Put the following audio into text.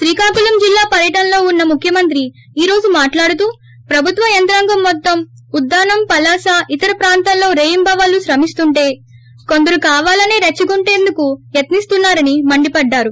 శ్రీకాకుళం జిల్లా పర్యటనలో ఉన్న ముఖ్యమంత్రి ఈ రోజు మాట్లాడుతూ ప్రభుత్వ యంత్రాంగం మొత్తం ఉద్దానం పలాస ఇతర ప్రాంతాల్లో రేయింబవళ్లు శ్రమిస్తుంటే కొందరు కావాలసే రెచ్చగొట్లేందుకు యత్నిస్తున్నారని మండిపడ్డారు